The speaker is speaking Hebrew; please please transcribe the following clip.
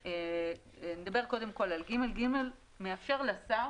סעיף קטן (ג) מאפשר לשר,